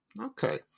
Okay